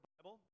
Bible